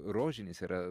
rožinis yra